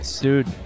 Dude